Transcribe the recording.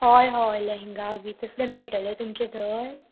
हय हय लेहंगा बी तसलें मेयटलें तुमचें थंय